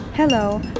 Hello